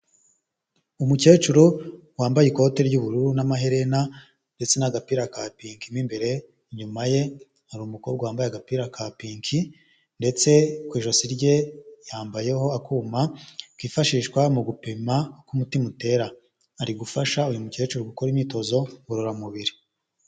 Umukecuru wambaye ikote ry'ubururu n'amaherena ndetse n'agapira ka pinki mo imbere inyuma ye hari umukobwa wambaye agapira ka pinki ndetse ku ijosi rye yambayeho akuma kifashishwa mu gupima k'umutima utera, ari gufasha uyu mukecuru gukora imyitozo ngororamubiri.